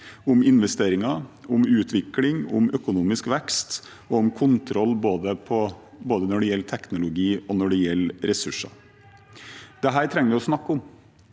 om investeringer, utvikling, økonomisk vekst og kontroll når det gjelder både teknologi og ressurser. Dette trenger vi å snakke om,